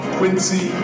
Quincy